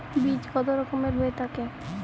বীজ কত রকমের হয়ে থাকে?